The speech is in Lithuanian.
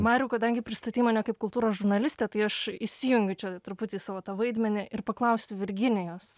mariau kadangi pristatei mane kaip kultūros žurnalistę tai aš įsijungiu čia truputį savo tą vaidmenį ir paklausiu virginijos